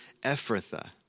Ephrathah